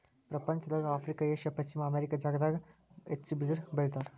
ಪ್ರಪಂಚದೊಳಗ Africa Asia ಪಶ್ಚಿಮ America ಬಾಗದಾಗ ಹೆಚ್ಚ ಬಿದಿರ ಬೆಳಿತಾರ